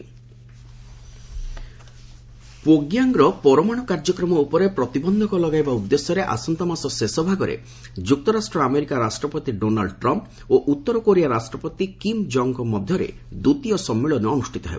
Trump Kim ପ୍ୟୋଗ୍ୟାଙ୍ଗର ପରମାଣୁ କାର୍ଯ୍ୟକ୍ରମ ଉପରେ ପ୍ରତିବନ୍ଧକ ଲଗାଇବା ଉଦ୍ଦେଶ୍ୟରେ ଆସନ୍ତାମାସ ଶେଷ ଭାଗରେ ଯୁକ୍ତରାଷ୍ଟ୍ର ଆମେରିକା ରାଷ୍ଟ୍ରପତି ଡୋନାଲ୍ଡ ଟ୍ରମ୍ପ୍ ଓ ଉତ୍ତର କୋରିଆ ରାଷ୍ଟ୍ରପତି କିମ୍ ଜଙ୍ଗ ମଧ୍ୟରେ ଦ୍ୱିତୀୟ ସମ୍ମିଳନୀ ଅନୁଷ୍ଠିତ ହେବ